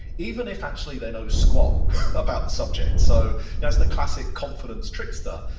even if actually they know squat about the subject. so as the classic confidence trickster,